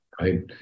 right